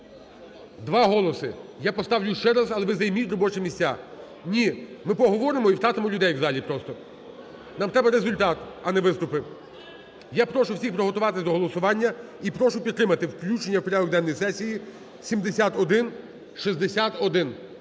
Два голоси. Я поставлю ще раз, але ви займіть робочі місця. Ні, ми поговоримо і втратимо людей просто. Нам треба результат, а не виступи. Я прошу всіх приготуватись до голосування і прошу підтримати включення у порядок денний сесії 7161.